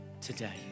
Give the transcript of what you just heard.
today